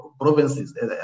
provinces